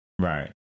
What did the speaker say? Right